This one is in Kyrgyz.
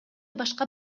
башка